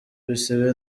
ibisebe